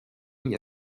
nie